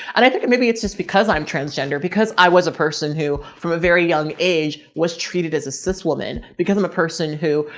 and i think it, maybe it's just because i'm transgender because i was a person who from a very young age was treated as a cis woman because i'm a person who,